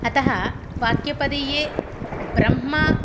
अतः वाक्यपदीये ब्रह्म